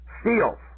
Steals